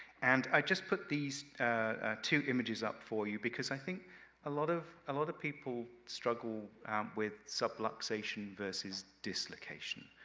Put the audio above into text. and i just put these two images up for you, because i think a lot of a lot of people, struggle with subluxation versus dislocation.